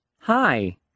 Hi